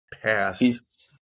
past